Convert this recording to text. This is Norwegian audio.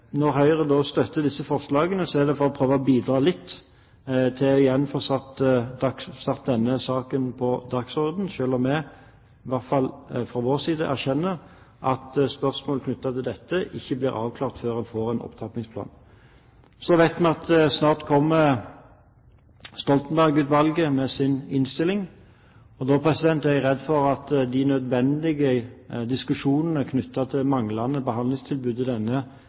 når Høyre støtter disse forslagene, er det for å prøve å bidra litt til igjen å få satt denne saken på dagsordenen, selv om vi fra vår side erkjenner at spørsmål knyttet til dette ikke blir avklart før man får en opptrappingsplan. Så vet vi at Stoltenberg-utvalget snart kommer med sin innstilling. Da er jeg redd for at de nødvendige diskusjonene knyttet til manglende